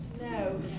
no